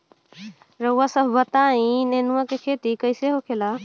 रउआ सभ बताई नेनुआ क खेती कईसे होखेला?